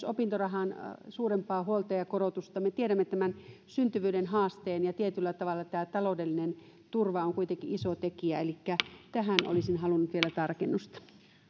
opintorahan suurempaa huoltajakorotusta me tiedämme tämän syntyvyyden haasteen ja tietyllä tavalla taloudellinen turva on kuitenkin iso tekijä siinä elikkä tähän olisin halunnut vielä tarkennusta